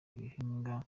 ibihingwa